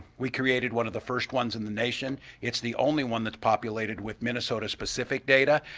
we created one of the first ones in the nation. it's the only one that's populated with minnesota-specific data.